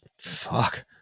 Fuck